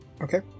Okay